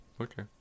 Okay